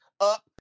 up